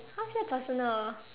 how is that personal